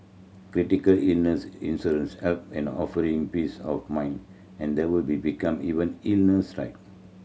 critical illness insurance help in a offering peace of mind and there will be become even illness strike